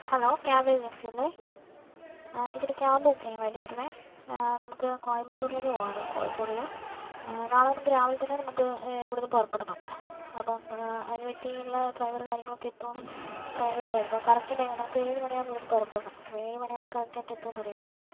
hello cab agency അല്ലെ എനിക്കൊരു cab book ചെയ്യാൻ വേണ്ടിയായിരുന്നു നമുക്ക് കോയമ്പത്തൂരിലേക്ക് പോകണം കോഴിക്കോടിൽ നിന്ന് നാളെ നമുക്ക് രാവിലെത്തന്നെ നമുക്ക് ഇവിടുന്ന് പുറപ്പെടണം അപ്പോൾ അതിനു പറ്റിയുള്ള ഡ്രൈവറ് കാര്യങ്ങളൊക്കെ എത്തുമൊന്ന് അറിയാൻ വേണ്ടിയിട്ടായിരുന്നു കറക്ട് ടൈം നമുക്ക് ഏഴ് മണി ആകുമ്പോളേക്കും ഇവിടുന്ന് പുറപ്പെടണം ഏഴ് മണിയാകുമ്പോളേക്കും കറക്ടായിട്ട് ഇതൊന്ന് അറിയാൻ വേണ്ടിയാണ്